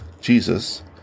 Jesus